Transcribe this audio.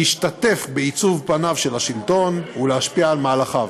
להשתתף בעיצוב פניו של השלטון ולהשפיע על מהלכיו.